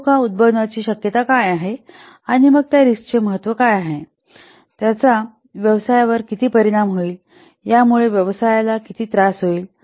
हा धोका उद्भवण्याची शक्यता काय आहे आणि मग त्या रिस्कचे महत्त्व काय आहे त्याचा व्यवसायावर किती परिणाम होईल यामुळे व्यवसायाला किती त्रास होईल